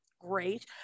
great